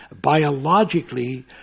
biologically